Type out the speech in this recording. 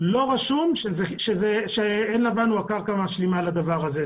לא רשום שעין לבן הוא הקרקע המשלימה לדבר הזה.